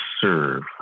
serve